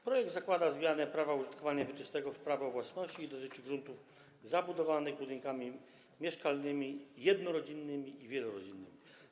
Projekt zakłada zmianę prawa użytkowania wieczystego w prawo własności i dotyczy gruntów zabudowanych budynkami mieszkalnymi jednorodzinnymi i wielorodzinnymi.